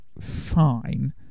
fine